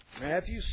Matthew